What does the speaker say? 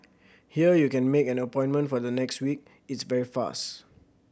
here you can make an appointment for the next week it's very fast